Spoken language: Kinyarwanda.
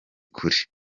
kure